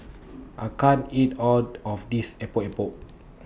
I can't eat All of This Epok Epok